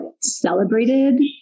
celebrated